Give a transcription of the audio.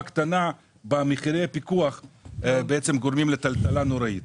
קטנה במחירי הפיקוח בעצם גורמים לטלטלה נוראית.